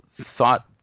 thought